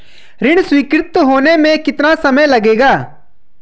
ऋण स्वीकृत होने में कितना समय लगेगा?